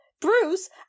Bruce